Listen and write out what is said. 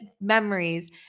memories